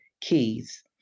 Keys